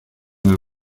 nos